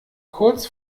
kurz